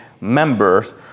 members